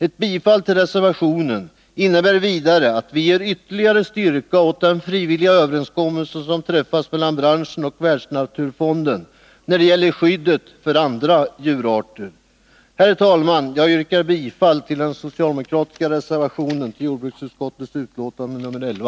Ett bifall till reservationen innebär vidare att vi ger ytterligare styrka åt den frivilliga överenskommelse som träffas mellan branschen och Världsnaturfonden när det gäller skyddet för andra djurarter. si Herr talman! Jag yrkar bifall till den socialdemokratiska reservationen till jordbruksutskottets betänkande nr 11.